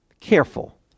careful